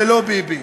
ולא ביבי.